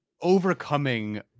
Overcoming